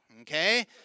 okay